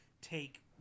take